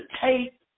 Take